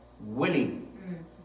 willing